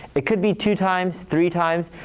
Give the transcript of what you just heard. it could be two times, three times.